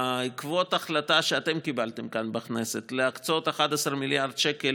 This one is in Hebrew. בעקבות ההחלטה שאתם קיבלתם כאן בכנסת להקצות 11 מיליארד שקל